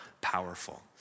powerful